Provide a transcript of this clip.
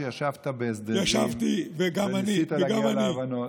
שישבת בהסדרים וניסית להגיע להבנות.